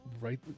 Right